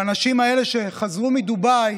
והאנשים האלה שחזרו מדובאי